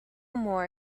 more